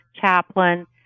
chaplain